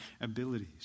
abilities